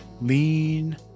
lean